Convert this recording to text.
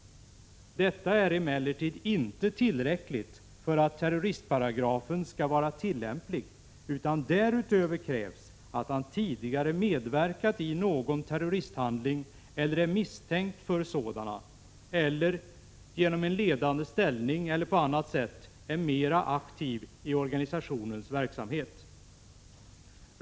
Detta är emellertid inte tillräckligt för att terroristparagrafen skall vara tillämplig, utan därutöver krävs att han tidigare medverkat i någon terroristhandling eller är misstänkt för sådan eller, genom en ledande ställning eller på annat sätt, är mera aktiv i organisationens verksamhet.